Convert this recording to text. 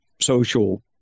social